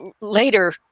later